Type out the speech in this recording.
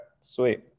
sweet